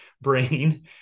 brain